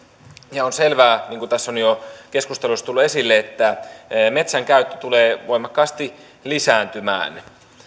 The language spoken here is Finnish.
ja on selvää niin kuin tässä on jo keskustelussa tullut esille että metsän käyttö tulee voimakkaasti lisääntymään